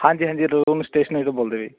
ਹਾਂਜੀ ਹਾਂਜੀ ਸਟੇਸ਼ਨਰੀ ਤੋਂ ਬੋਲਦੇ ਜੀ